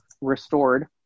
restored